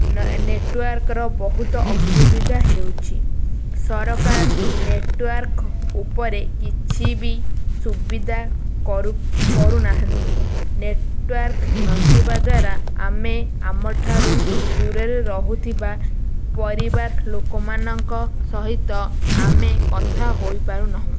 ନେଟୱାର୍କ୍ର ବହୁତ ଅସୁବିଧା ହେଉଛି ସରକାର ନେଟୱାର୍କ୍ ଉପରେ କିଛି ବି ସୁବିଧା କରୁ କରୁନାହାନ୍ତି ନେଟୱାର୍କ୍ ନଥିବା ଦ୍ୱାରା ଆମେ ଆମଠାରୁ ଦୂରରେ ରହୁଥିବା ପରିବାର ଲୋକମାନଙ୍କ ସହିତ ଆମେ କଥା ହୋଇପାରୁନାହୁଁ